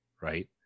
right